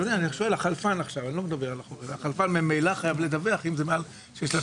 החלפן ממילא חייב לדווח אם זה מעל 6,000